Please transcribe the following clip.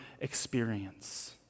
experience